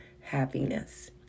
happiness